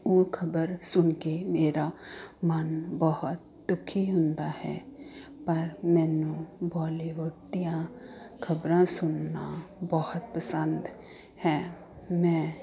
ਉਹ ਖ਼ਬਰ ਸੁਣ ਕੇ ਮੇਰਾ ਮਨ ਬਹੁਤ ਦੁਖੀ ਹੁੰਦਾ ਹੈ ਪਰ ਮੈਨੂੰ ਬੋਲੀਵੁੱਡ ਦੀਆਂ ਖ਼ਬਰਾਂ ਸੁਣਨਾ ਬਹੁਤ ਪਸੰਦ ਹੈ ਮੈਂ